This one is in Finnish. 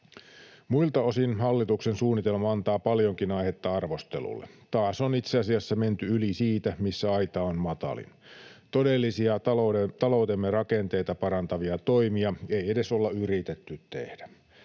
Muilta osin hallituksen suunnitelma antaa paljonkin aihetta arvostelulle: Taas on itse asiassa menty yli siitä, missä aita on matalin. Todellisia taloutemme rakenteita parantavia toimia ei edes olla yritetty tehdä.